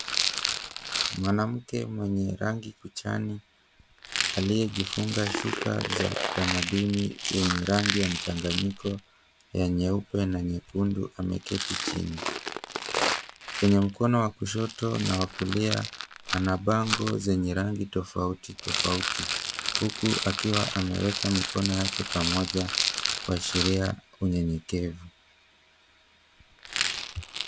Mwanamke mwenye rangi kuchani aliyejifunga shuka za kitamaduni yenye rangi ya mchanganyiko ya nyeupe na nyekundu ameketi chini. Kwenye mkono wa kushoto na wa kulia ana bango zenye rangi tofauti tofauti. Huku akiwa ameweka mikono yake pamoja kuashiria unyenyekevu.